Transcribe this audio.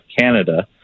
Canada